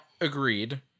agreed